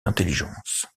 intelligence